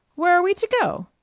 where are we to go?